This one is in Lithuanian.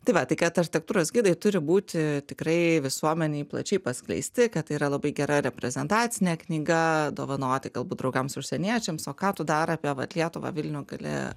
tai va tai kad architektūros gidai turi būti tikrai visuomenei plačiai paskleisti kad tai yra labai gera reprezentacinė knyga dovanoti galbūt draugams užsieniečiams o ką tu dar apie vat lietuvą vilnių gali